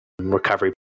recovery